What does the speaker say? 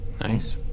Nice